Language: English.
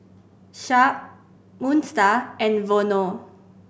Sharp Moon Star and Vono